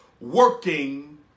working